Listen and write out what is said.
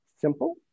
simple